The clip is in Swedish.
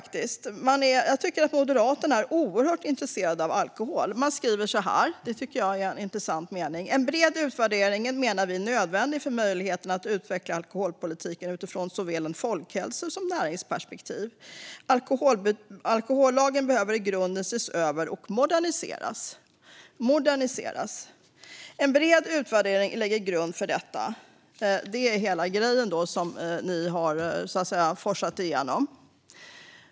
Jag tycker att Moderaterna är oerhört intresserade av alkohol. I en mening som jag tycker är intressant skriver Moderaterna att man menar att en bred utvärdering är nödvändig för möjligheten att utveckla alkoholpolitiken utifrån såväl ett folkhälsoperspektiv som ett näringsperspektiv. Man menar också att alkohollagen i grunden behöver ses över och moderniseras samt att en bred utvärdering lägger en grund för detta. Det är hela grejen som man har forsat igenom.